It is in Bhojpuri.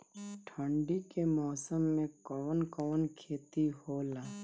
ठंडी के मौसम में कवन कवन खेती होला?